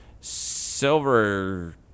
silver